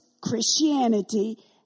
Christianity